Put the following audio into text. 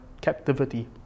captivity